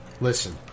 Listen